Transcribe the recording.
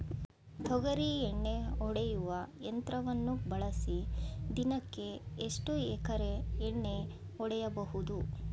ತೊಗರಿ ಎಣ್ಣೆ ಹೊಡೆಯುವ ಯಂತ್ರವನ್ನು ಬಳಸಿ ದಿನಕ್ಕೆ ಎಷ್ಟು ಎಕರೆ ಎಣ್ಣೆ ಹೊಡೆಯಬಹುದು?